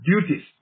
duties